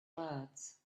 words